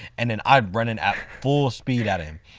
and then i'm running at full speed at him.